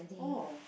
oh